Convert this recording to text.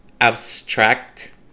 abstract